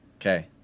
Okay